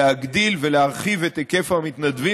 להגדיל ולהרחיב את היקף המתנדבים.